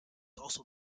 also